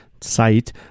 site